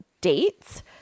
dates